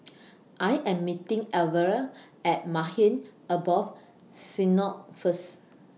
I Am meeting Alvera At Maghain Aboth Syna First